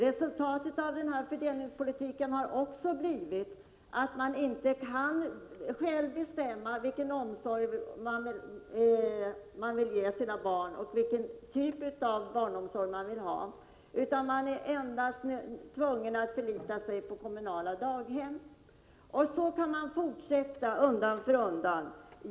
Resultatet av fördelningspolitiken har också blivit att människor inte själva kan bestämma vilken omsorg de vill ge sina barn och vilken typ av barnomsorg de vill ha, utan de är tvungna att förlita sig på kommunala daghem. Så kan man fortsätta undan för undan.